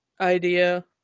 idea